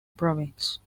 province